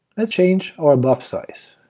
ah change our buffsize.